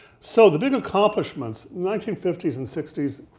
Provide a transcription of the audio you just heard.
so the big accomplishments, nineteen fifty s and sixty s,